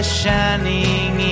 shining